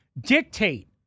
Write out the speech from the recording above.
Dictate